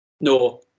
No